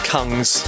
Kung's